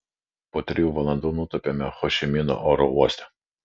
po trijų valandų nutupiame ho ši mino oro uoste